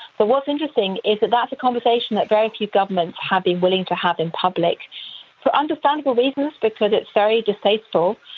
but what's interesting is that's a conversation that very few governments have been willing to have in public for understandable reasons, because it's very distasteful